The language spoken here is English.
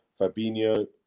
Fabinho